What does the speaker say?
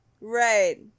Right